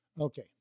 Okay